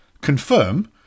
confirm